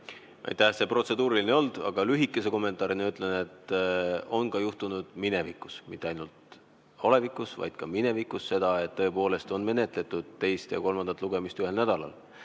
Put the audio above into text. Aitäh! See protseduuriline ei olnud, aga lühikese kommentaarina ütlen, et on ka juhtunud minevikus – mitte ainult olevikus, vaid ka minevikus – seda, et tõepoolest on menetletud teist ja kolmandat lugemist ühel nädalal.